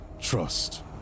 trust